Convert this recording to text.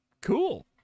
Cool